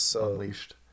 unleashed